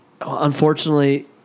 unfortunately